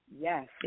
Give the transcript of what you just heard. yes